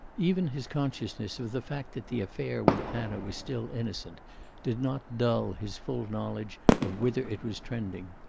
even his consciousness of the fact that the affair with anna was still innocent did not dull his full knowledge of whither it was trending.